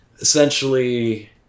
essentially